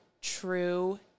true